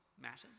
matters